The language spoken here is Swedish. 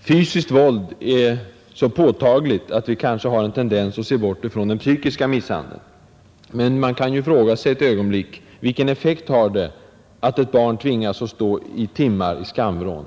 Fysiskt våld är så påtagligt att vi kanske har en tendens att se bort från den psykiska misshandeln. Men man kan fråga sig: Vilken effekt har det att ett barn tvingas att stå i timmar i skamvrån?